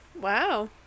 Wow